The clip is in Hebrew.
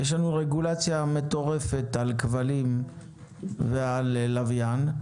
יש לנו רגולציה מטורפת על כבלים ועל לוויין,